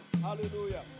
Hallelujah